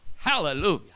Hallelujah